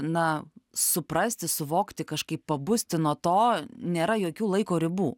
na suprasti suvokti kažkaip pabusti nuo to nėra jokių laiko ribų